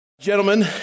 Gentlemen